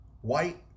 white